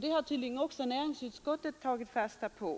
Det har tydligen också näringsutskottet tagit fasta på,